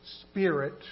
Spirit